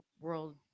world